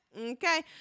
Okay